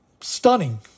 stunning